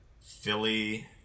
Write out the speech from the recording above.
Philly